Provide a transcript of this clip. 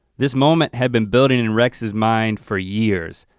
this moment had been building in rex's mind for years,